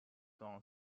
don